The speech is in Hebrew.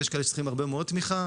ויש כאלה שצריכים הרבה מאוד תמיכה.